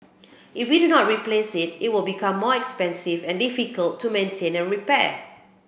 if we do not replace it it will become more expensive and difficult to maintain and repair